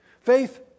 Faith